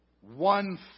One